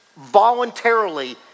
voluntarily